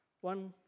One